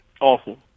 Awful